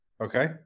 okay